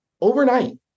overnight